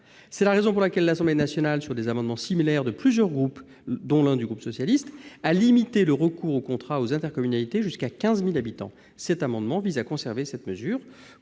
C'est la raison pour laquelle l'Assemblée nationale, des amendements similaires de plusieurs groupes, dont un du groupe socialiste, a limité le recours au contrat aux intercommunalités comptant jusqu'à 15 000 habitants. Cet amendement vise à conserver cette mesure.